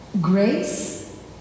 Grace